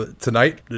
tonight